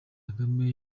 kagame